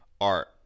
art